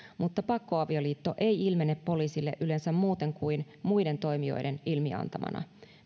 mutta pakkoavioliitto ei ilmene poliisille yleensä muuten kuin muiden toimijoiden ilmiantamana